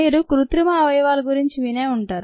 మీరు కృత్రిమ అవయవాల గురించి వినే ఉంటారు